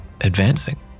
advancing